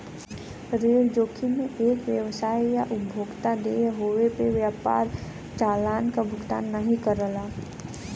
ऋण जोखिम में एक व्यवसाय या उपभोक्ता देय होये पे व्यापार चालान क भुगतान नाहीं करला